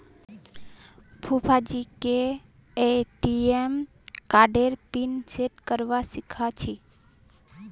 फूफाजीके ए.टी.एम कार्डेर pin set करवा सीखा छि